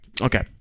Okay